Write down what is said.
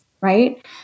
right